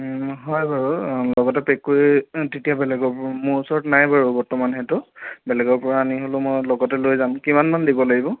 হয় বাৰু লগতে পেক কৰি তেতিয়া বেলেগৰ মোৰ ওচৰত নাই বাৰু বৰ্তমান সেইটো বেলেগৰ পৰা আনি হ'লেও মই লগতে লৈ যাম কিমান মান দিব লাগিব